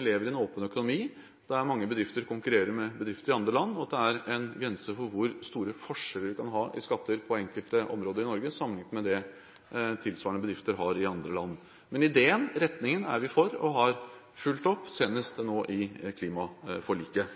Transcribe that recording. lever i en åpen økonomi, der mange bedrifter konkurrerer med bedrifter i andre land, og at det er en grense for hvor store forskjeller vi kan ha i skatter på enkelte områder i Norge, sammenlignet med det som tilsvarende bedrifter har i andre land. Men ideen – retningen – er vi for og har fulgt opp senest nå i klimaforliket.